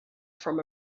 from